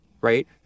right